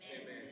Amen